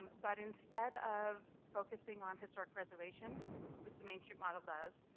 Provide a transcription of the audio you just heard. but instead of focusing on historic preservation which the main street model does,